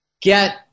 get